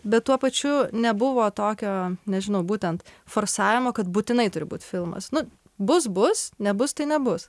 bet tuo pačiu nebuvo tokio nežinau būtent forsavimo kad būtinai turi būt filmas nu bus bus nebus tai nebus